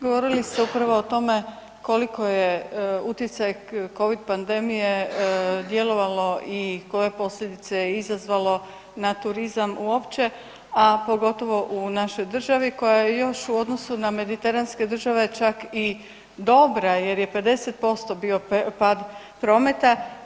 Govorili ste prvo o tome koliko je utjecaj covid pandemije djelovalo i koje posljedice je izazvalo na turizam uopće, a pogotovo u našoj državi koja je još u odnosu na Mediteranske države čak i dobra jer je 50% bio pad prometa.